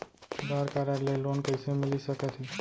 आधार card ले loan कइसे मिलिस सकत हे?